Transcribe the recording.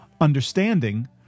Understanding